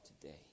today